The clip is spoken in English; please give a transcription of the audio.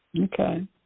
Okay